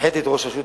הנחיתי את ראש הרשות